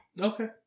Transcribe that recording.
Okay